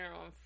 on